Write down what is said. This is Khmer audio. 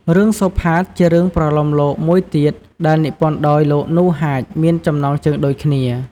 រឿងសូផាត ជារឿងប្រលោមលោកមួយទៀតដែលនិពន្ធដោយ លោក នូ ហាច មានចំណងជើងដូចគ្នា។